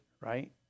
right